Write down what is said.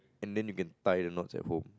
and then you can tie the knots at home